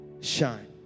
shine